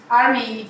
army